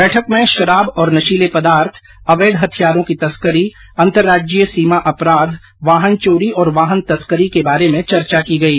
बैठक में शराब और नशीले पदार्थ अवैध हथियारों की तस्करी अंतरराज्यीय सीमा अपराध वाहन चोरी और वाहन तस्करी के बारे में चर्चा की गई